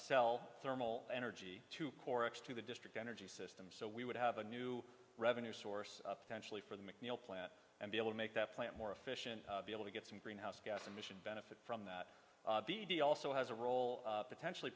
sell thermal energy to core x to the district energy system so we would have a new revenue source of potentially for the mcneil plant and be able to make that plant more efficient be able to get some greenhouse gas emission benefit from that also has a role potentially